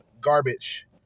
Garbage